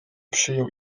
przyjął